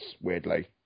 weirdly